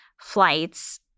flights